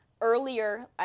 Earlier